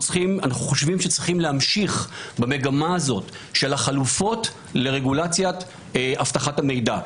אנו חושבים שיש להמשיך במגמה הזו של החלופות לרגולציית אבטחת הידע.